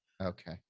Okay